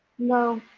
no.